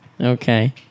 Okay